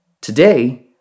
Today